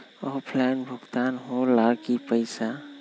Offline भुगतान हो ला कि पईसा?